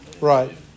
Right